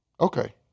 Okay